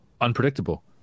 unpredictable